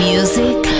Music